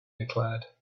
declared